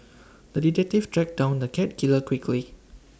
the detective tracked down the cat killer quickly